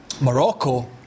Morocco